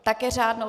Také řádnou?